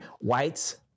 whites